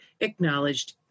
acknowledged